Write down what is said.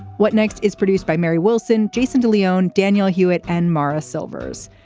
what next is produced by mary wilson jason de leone daniel hewett and mara silvers.